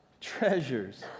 treasures